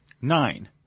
nine